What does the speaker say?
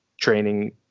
training